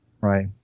Right